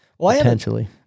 potentially